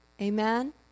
Amen